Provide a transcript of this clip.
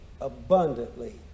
abundantly